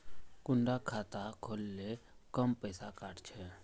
कुंडा खाता खोल ले कम पैसा काट छे?